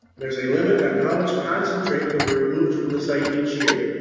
there's a limit on how much concentrate can be removed from the site each year,